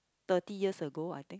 thirty years ago I think